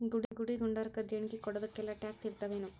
ಗುಡಿ ಗುಂಡಾರಕ್ಕ ದೇಣ್ಗಿ ಕೊಡೊದಕ್ಕೆಲ್ಲಾ ಟ್ಯಾಕ್ಸ್ ಇರ್ತಾವೆನು?